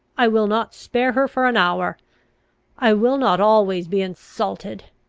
i will not spare her for an hour i will not always be insulted.